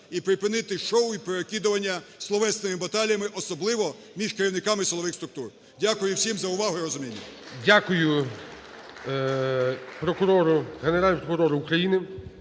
і припинити шоу і перекидання словесними баталіями, особливо між керівниками силових структур. Дякую всім за увагу і розуміння. ГОЛОВУЮЧИЙ. Дякую, Генеральному прокурору України